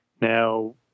Now